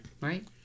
Right